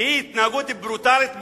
שהיא התנהגות ברוטלית,